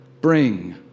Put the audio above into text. bring